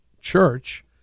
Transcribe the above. church